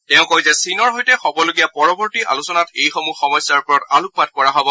তেওঁ কয় যে চীনৰ সৈতে হবলগীয়া পৰবৰ্তী আলোচনাত এইসমূহ সমস্যাৰ ওপৰত আলোকপাত কৰা হব